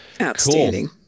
Outstanding